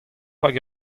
hag